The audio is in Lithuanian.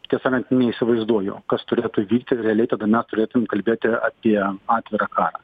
tie sakant neįsivaizduoju kas turėtų įvykti realiai tada mes turėtum kalbėti apie atvirą karą